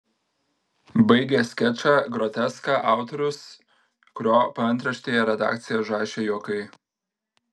baigia skečą groteską autorius kurio paantraštėje redakcija užrašė juokai